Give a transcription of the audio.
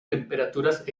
temperaturas